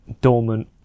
dormant